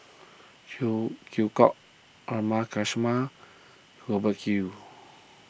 Phey Yew Kok Haresh Sharma Hubert Hill